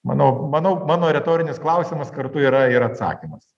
manau manau mano retorinis klausimas kartu yra ir atsakymas